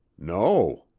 no.